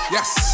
Yes